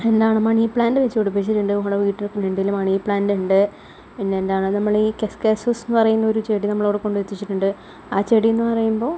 എന്താണ് money plant വച്ചു പിടിപ്പിച്ചിട്ടുണ്ട് നമ്മുടെ വീടിൻ്റെ ഫ്രണ്ടിൽ മണി പ്ലാന്റുണ്ട് പിന്നെ എന്താണ് നമ്മൾ ഈ കസ്കസോസെന്നു പറയുന്ന ഒരു ചെടി നമ്മൾ അവിടെ കൊണ്ടു വച്ചിട്ടുണ്ട് ആ ചെടിയെന്നു പറയുമ്പോൾ